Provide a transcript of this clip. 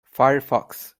firefox